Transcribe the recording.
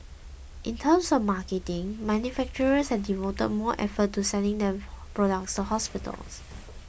in terms of marketing manufacturers have devoted more effort to selling their products to hospitals